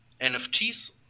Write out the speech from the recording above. NFTs